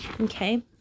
Okay